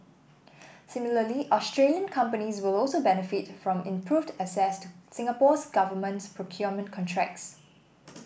similarly Australian companies will also benefit from improved access to Singapore's government procurement contracts